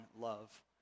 love